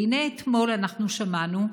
והינה, אתמול אנחנו שמענו,